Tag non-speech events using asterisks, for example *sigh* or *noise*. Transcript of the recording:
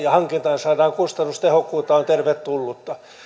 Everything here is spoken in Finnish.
*unintelligible* ja hankintaan saadaan kustannustehokkuutta on tervetullutta